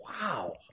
Wow